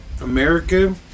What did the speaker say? America